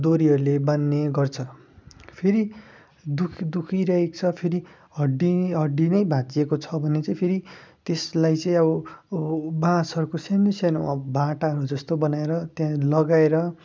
डोरीहरूले बान्ने गर्छ फेरि दुख् दुखिरहेको छ फेरि हड्डी हड्डी नै भाँचिएको छ भने चाहिँ फेरि त्यसलाई चाहिँ अब बाँसहरूको सानो सानो भाटाहरू जस्तो बनाएर त्यहाँ लगाएर